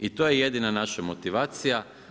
I to je jedina naša motivacija.